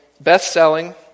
best-selling